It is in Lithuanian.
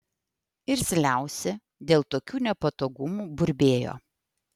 irzliausi dėl tokių nepatogumų burbėjo